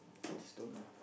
just don't lah